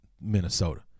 Minnesota